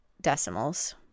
decimals